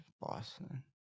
Boston